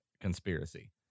conspiracy